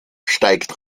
steigt